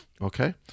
Okay